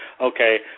okay